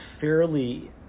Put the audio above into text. fairly